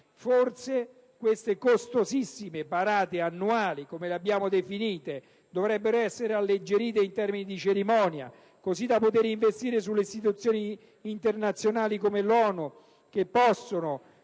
forse queste costosissime parate annuali - come le abbiamo definite - dovrebbero essere alleggerite in termini di cerimoniale, così da potere investire su istituzioni internazionali come l'ONU, che possono